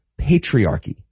patriarchy